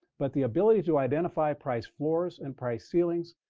but the ability to identify price floors and price ceilings,